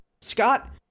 Scott